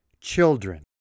children